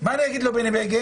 מה אני אגיד לו, בני בגין?